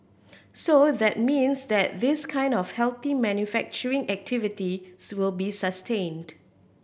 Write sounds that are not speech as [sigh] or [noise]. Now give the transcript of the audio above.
so that means that this kind of healthy manufacturing activity [unintelligible] will be sustained